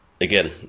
Again